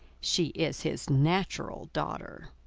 she is his natural daughter.